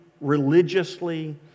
religiously